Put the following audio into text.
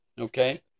okay